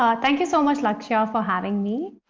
ah thank you so much, lakshya, for having me.